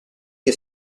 che